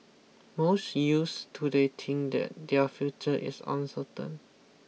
most youths today think that their future is uncertain